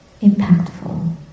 impactful